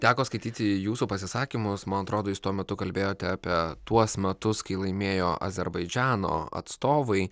teko skaityti jūsų pasisakymus man atrodo jūs tuo metu kalbėjote apie tuos metus kai laimėjo azerbaidžano atstovai